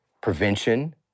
prevention